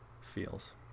feels